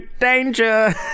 Danger